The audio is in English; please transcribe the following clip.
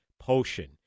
potion